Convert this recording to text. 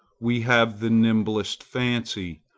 we have the nimblest fancy,